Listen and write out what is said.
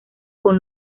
con